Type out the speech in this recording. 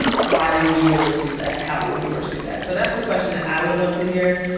why will yours do that? how will yours do that? so that's the question that i would love to hear.